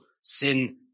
Sin